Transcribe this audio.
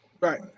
Right